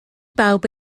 bawb